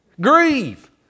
Grieve